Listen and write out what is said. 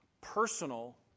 Personal